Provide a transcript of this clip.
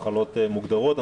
מחלות מוגדרות,